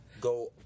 Go